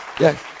Yes